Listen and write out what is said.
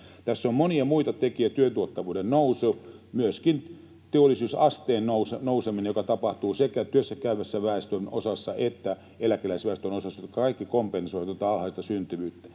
Tässä on monia muita tekijöitä: työn tuottavuuden nousu, myöskin työllisyysasteen nouseminen, joka tapahtuu sekä työssäkäyvässä väestönosassa että eläkeläisväestön osassa, jotka kaikki kompensoivat tuota alhaista syntyvyyttä.